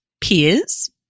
Peers